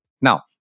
Now